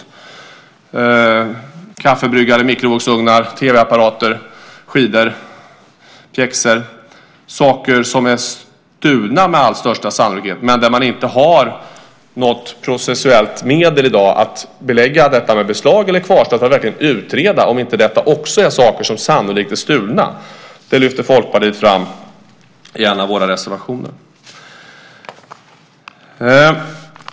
Det kan vara kaffebryggare, mikrovågsugnar, tv-apparater, skidor, pjäxor - saker som med största sannolikhet är stulna men där det i dag inte finns några processuella medel för att kunna belägga godset med beslag eller kvarstad för att sedan utreda om även dessa saker är stulna. Det lyfter Folkpartiet fram i en av sina reservationer.